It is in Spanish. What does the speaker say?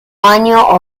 año